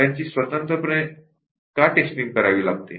त्यांची स्वतंत्रपणे का टेस्टिंग करावी लागते